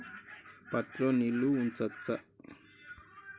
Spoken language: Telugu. పత్తి లో నీళ్లు ఉంచచ్చా?